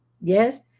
Yes